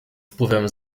wpływem